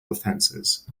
offences